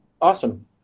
awesome